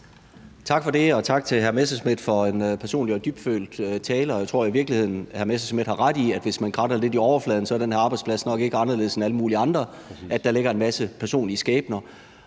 Tak for det, og tak til hr. Morten Messerschmidt for en personlig og dybtfølt tale. Jeg tror i virkeligheden, at hr. Morten Messerschmidt har ret i, at hvis man kratter lidt i overfladen, er den her arbejdsplads nok ikke anderledes end alle mulige andre. Der ligger en masse personlige skæbner.